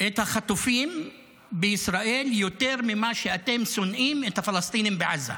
את החטופים בישראל יותר ממה שאתם שונאים את הפלסטינים בעזה.